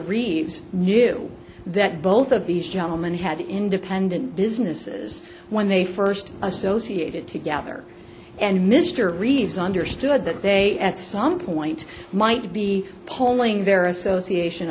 reeves knew that both of these gentlemen had independent businesses when they first associated together and mr reeves understood that they at some point might be polling their association